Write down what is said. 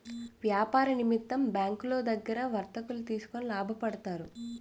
వ్యాపార నిమిత్తం బ్యాంకులో దగ్గర వర్తకులు తీసుకొని లాభపడతారు